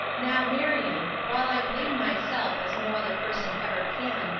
now, marion, while i blame myself as no other person ever can,